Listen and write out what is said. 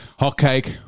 Hotcake